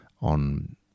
on